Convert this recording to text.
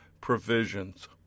provisions